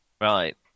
Right